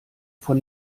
von